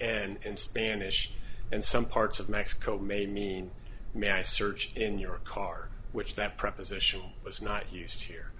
and spanish and some parts of mexico may mean may i search in your car which that proposition was not used here